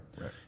Right